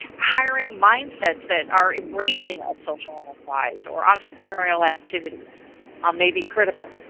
hiring mindsets that are embracing of social enterprise or entrepreneurial activities um may be critical.